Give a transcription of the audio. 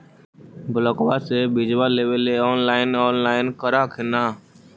ब्लोक्बा से बिजबा लेबेले ऑनलाइन ऑनलाईन कर हखिन न?